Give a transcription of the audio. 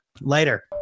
Later